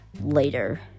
Later